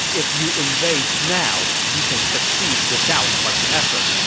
if you invade now, you can succeed without much effort.